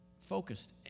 focused